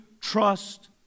trust